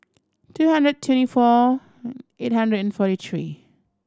two hundred twenty four eight hundred and forty three